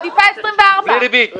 מעדיפה 24. בלי ריבית,